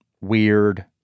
weird